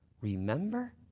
remember